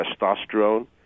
testosterone